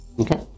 Okay